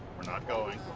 we're not going.